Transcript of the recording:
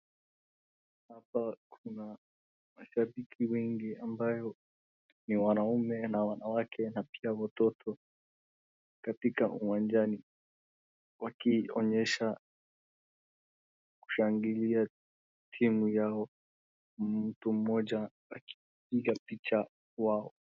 Hapa kuna washabiki wengi ambao ni wanaume na wanawake na pia mtoto katika uwajani wakionyesha kushangilia timu . Mtu mmoja akipiga picha wao.